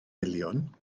miliwn